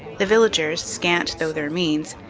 the villagers, scant though their means,